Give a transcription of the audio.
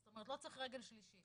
זאת אומרת, לא צריך רגל שלישית.